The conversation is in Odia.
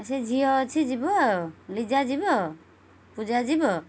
ସେ ଝିଅ ଅଛି ଯିବ ଆଉ ଲିଜା ଯିବ ପୂଜା ଯିବ